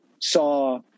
saw